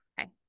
okay